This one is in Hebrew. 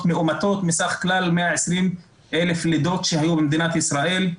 מאומתות מסך כלל 120,000 לידות שהיו במדינת ישראל,